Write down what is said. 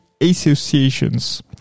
associations